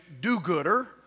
do-gooder